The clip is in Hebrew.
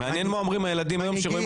מעניין מה אומרים היום הילדים כשרואים